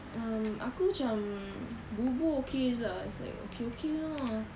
um aku macam bubur okay jer lah it's like okay okay lah